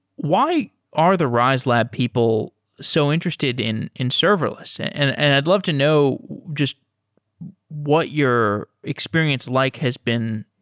why are the riselab people so interested in in serverless? and and and i'd love to know just what your experience like has been?